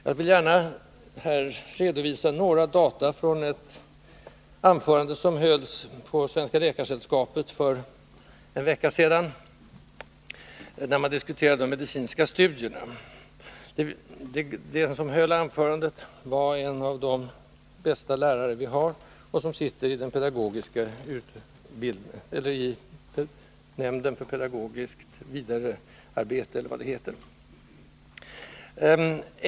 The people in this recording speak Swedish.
Jag vill här gärna redovisa några data från ett anförande som hölls på Svenska läkarsällskapet för en vecka sedan, när man diskuterade de medicinska studierna. Den som höll anförandet var en av de bästa lärare vi har, och han sitter med i nämnden för pedagogiskt utvecklingsarbete, tror jag att det heter.